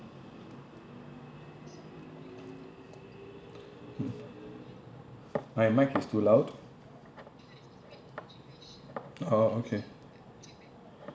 hmm my mic is too loud oh okay